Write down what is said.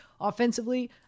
Offensively